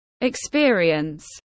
experience